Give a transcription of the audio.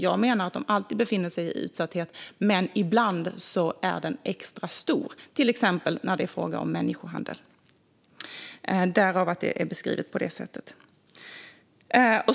Jag menar att de alltid befinner sig i utsatthet, men ibland är den extra stor - till exempel när det är fråga om människohandel. Därför är det beskrivet på det sättet.